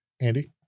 Andy